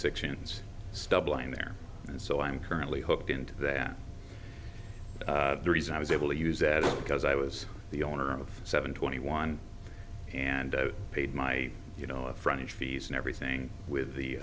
sections stub line there and so i'm currently hooked into that the reason i was able to use that is because i was the owner of seven twenty one and paid my you know a frontage fees and everything with the